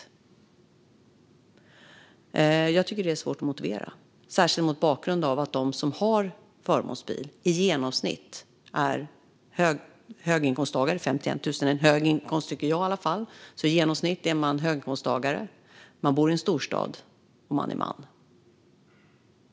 Jag tycker att det är svårt att motivera, särskilt mot bakgrund av att de som har förmånsbil i genomsnitt är höginkomsttagare. 51 000 kronor i månaden är en hög inkomst, tycker jag i alla fall. Man är i genomsnitt en höginkomsttagare, man bor i en storstad och man är man.